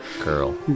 girl